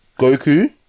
Goku